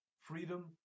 freedom